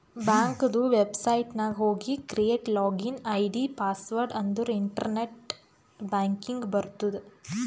ಬ್ಯಾಂಕದು ವೆಬ್ಸೈಟ್ ನಾಗ್ ಹೋಗಿ ಕ್ರಿಯೇಟ್ ಲಾಗಿನ್ ಐ.ಡಿ, ಪಾಸ್ವರ್ಡ್ ಅಂದುರ್ ಇಂಟರ್ನೆಟ್ ಬ್ಯಾಂಕಿಂಗ್ ಬರ್ತುದ್